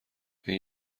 این